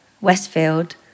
Westfield